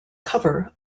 cover